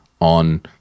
on